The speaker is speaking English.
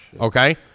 Okay